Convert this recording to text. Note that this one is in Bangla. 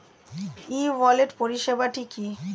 ই ওয়ালেট পরিষেবাটি কি?